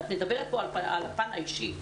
את מדברת פה על הפן האישי,